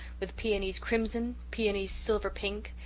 with peonies crimson, peonies silvery pink,